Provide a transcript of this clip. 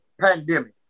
pandemic